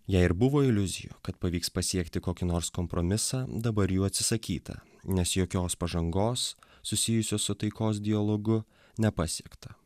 jei ir buvo iliuzijų kad pavyks pasiekti kokį nors kompromisą dabar jų atsisakyta nes jokios pažangos susijusio su taikos dialogu nepasiekta